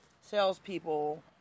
salespeople